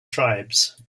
tribes